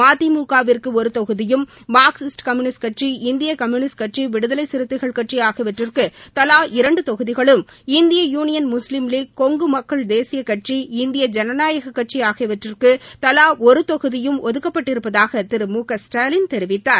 மதிமுக விற்கு ஒரு தொகுதியும் மார்க்சிஸ்ட் கம்யூனிஸ்ட் கட்சி இந்திய கம்யூனிஸ்ட் கட்சி விடுதலை சிறுத்தைகள் கட்சி ஆகியவற்றுக்கு தலா இரண்டு தொகுதிகளும் இந்திய யூனியன் முஸ்லீம் லீக் கொங்கு மக்கள் தேசிய கட்சி இந்திய ஜனநாயக கட்சி ஆகியவற்றுக்கு தவா ஒரு தொகுதியும் ஒதுக்கப்பட்டிருப்பதாக திரு முகஸ்டாலின் தெரிவித்தார்